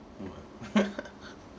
!wah!